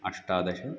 अष्टादश